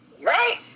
right